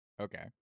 Okay